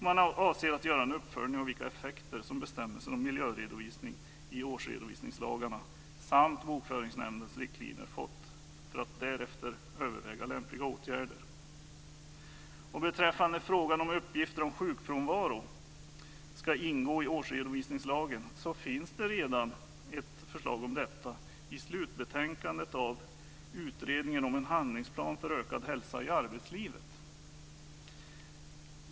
Man avser att göra en uppföljning av vilka effekter som bestämmelsen om miljöredovisning i årsredovisningslagarna samt Bokföringsnämndens riktlinjer har fått för att därefter överväga lämpliga åtgärder. Beträffande frågan om huruvida uppgifter om sjukfrånvaro ska ingå i årsredovisningslagen finns det redan ett förslag om detta i slutbetänkandet från utredningen om en handlingsplan för ökad hälsa i arbetslivet.